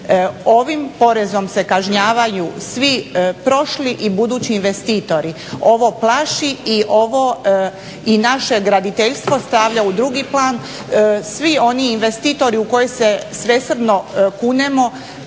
Ovim porezom se kažnjavaju svi prošli i budući investitori, ovo plaši i naše graditeljstvo stavlja u drugi plan. Svi oni investitori u koje se svesrdno kunemo